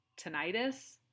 tinnitus